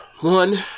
one